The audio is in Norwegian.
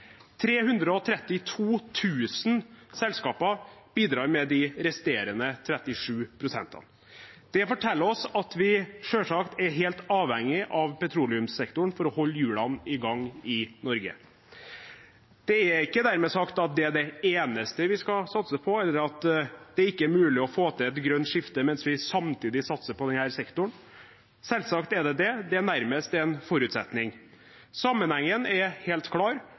000 selskaper bidrar med de resterende 37 pst. Det forteller oss at vi selvsagt er helt avhengig av petroleumssektoren for å holde hjulene i gang i Norge. Det er ikke dermed sagt at det er det eneste vi skal satse på, eller at det ikke er mulig å få til et grønt skifte mens vi samtidig satser på denne sektoren – selvsagt er det det; det er nærmest en forutsetning. Sammenhengen er helt klar: